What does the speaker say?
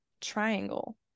triangle